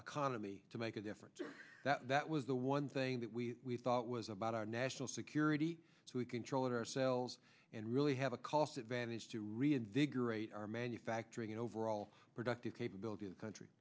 me to make a difference that that was the one thing that we thought was about our national security so we control it ourselves and really have a cost advantage to reinvigorate our manufacturing and overall productive capability of the country